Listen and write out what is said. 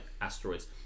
Asteroids